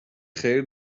خیر